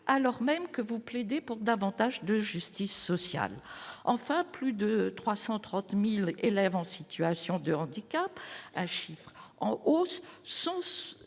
alors même que vous plaidez pour davantage de justice sociale, enfin plus de 330000 élèves en situation de handicap, un chiffre en hausse sont